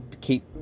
keep